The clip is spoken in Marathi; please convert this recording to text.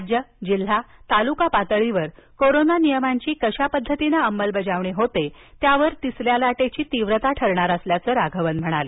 राज्यजिल्हातालुका पातळीवर कोरोना नियमांची कशा पद्धतीनं अंमलबजावणी होतेत्यावर तिसऱ्या लाटेची तीव्रता ठरणार असल्याचं राघवन म्हणाले